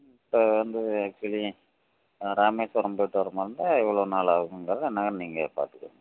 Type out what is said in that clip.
இப்போ வந்து ஆக்சுவலி ராமேஸ்வரம் போய்ட்டு வர மாதிரி இருந்தால் எவ்வளோ நாள் ஆகுங்கிறதை என்னன்னு நீங்கள் பார்த்துக்கோங்க